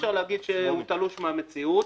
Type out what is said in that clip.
אי-אפשר להגיד שהוא תלוש מהמציאות.